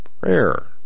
Prayer